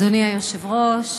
אדוני היושב-ראש,